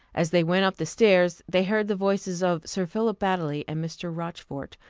as they went up the stairs, they heard the voices of sir philip baddely and mr. rochfort,